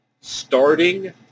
Starting